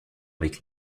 avec